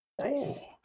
Nice